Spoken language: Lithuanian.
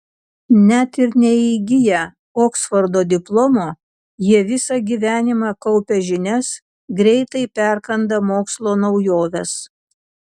net ir neįgiję oksfordo diplomo jie visą gyvenimą kaupia žinias greitai perkanda mokslo naujoves